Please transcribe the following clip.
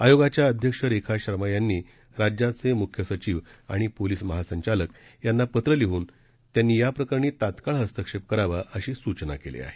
आयोगाच्या अध्यक्ष रेखा शर्मा यांनी राज्याचे मुख्य सचिव आणि पोलीस महासंचालकांना पत्र लिहन त्यांनी या प्रकरणी तात्काळ हस्तक्षेप करावा अशी सूचना केली आहे